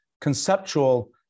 conceptual